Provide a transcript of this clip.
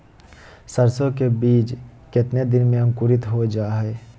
सरसो के बीज कितने दिन में अंकुरीत हो जा हाय?